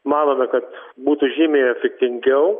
manome kad būtų žymiai efektingiau